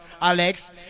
Alex